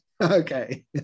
okay